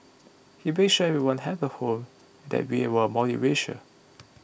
he made sure everyone had a home and that we were multiracial